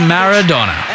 Maradona